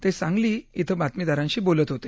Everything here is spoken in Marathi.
ते सांगली काल इथं बातमीदारांशी बोलत होते